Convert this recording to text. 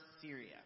Syria